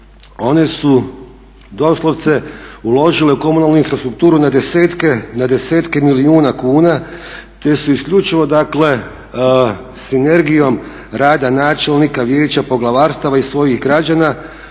one su doslovce uložile u komunalnu infrastrukturu na desetke milijuna kuna te su isključivo dakle sinergijom rada načelnika, vijeća, poglavarstava i svojih građana